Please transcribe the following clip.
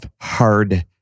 hard